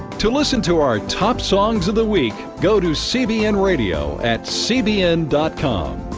to listen to our top songs of the week, go to cbn radio at cbn com.